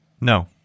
No